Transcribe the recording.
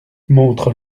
montre